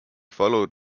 followed